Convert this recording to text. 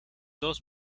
dos